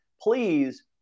please